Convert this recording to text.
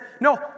no